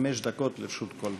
חמש דקות לרשות כל דובר.